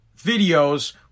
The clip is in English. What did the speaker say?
videos